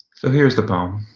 so here's the poem